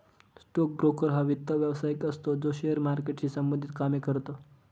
stock broker हा वित्त व्यवसायिक असतो जो शेअर मार्केटशी संबंधित कामे करतो